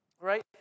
right